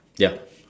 ya